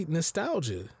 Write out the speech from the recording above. Nostalgia